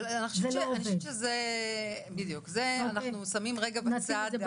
את זה אנחנו רגע שמים בצד.